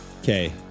Okay